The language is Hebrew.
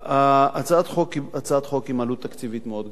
הצעת החוק היא הצעת חוק עם עלות תקציבית מאוד גבוהה.